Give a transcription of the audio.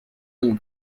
them